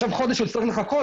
חודש הוא צריך לחכות?